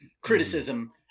criticism